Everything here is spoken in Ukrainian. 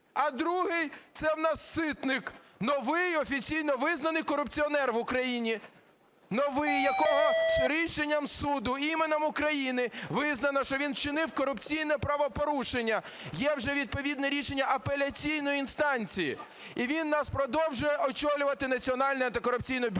А другий – це у нас Ситник. Новий, офіційно визнаний корупціонер в Україні. Новий, якого рішенням суду іменем України визнано, що він чинив корупційне правопорушення. Є вже відповідне рішення апеляційної інстанції. І він у нас продовжує очолювати Національне антикорупційне бюро.